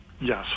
Yes